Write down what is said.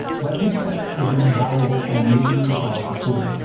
webpagetest is an invaluable and amazingly powerful tool.